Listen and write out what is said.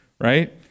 Right